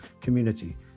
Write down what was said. community